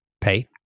pay